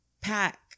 pack